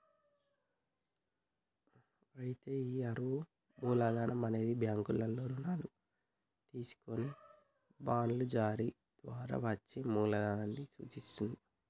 అయితే ఈ అరువు మూలధనం అనేది బ్యాంకుల్లో రుణాలు తీసుకొని బాండ్లు జారీ ద్వారా వచ్చే మూలదనాన్ని సూచిత్తది